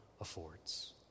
affords